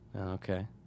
Okay